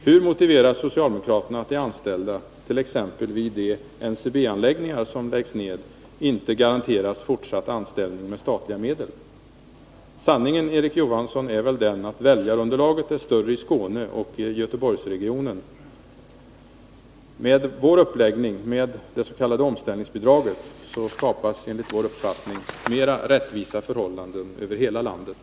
Hur motiverar socialdemokraterna att de anställda t.ex. vid de NCB anläggningar som läggs ned inte garanteras fortsatt anställning med statliga medel? Sanningen, Erik Johansson, är väl den att väljarunderlaget är större i Skåne och Göteborgsregionen. Med vår uppläggning, med det s.k. omställningsbidraget, skapas enligt vår uppfattning mera rättvisa förhållanden över hela landet.